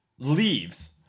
leaves